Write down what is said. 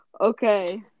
Okay